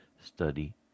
study